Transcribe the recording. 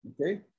okay